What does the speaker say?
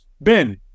Ben